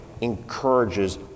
encourages